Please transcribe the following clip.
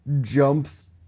jumps